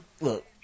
look